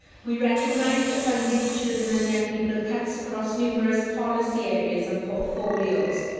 we recognise that funding for children and young people cuts across numerous policy areas and portfolios.